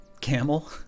Camel